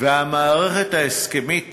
והמערכת ההסכמית